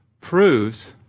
proves